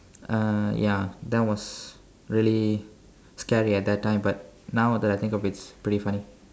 uh ya that was really scary at that time but now that I think of it it's pretty funny